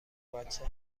بچه